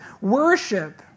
worship